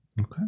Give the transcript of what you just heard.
Okay